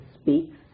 speaks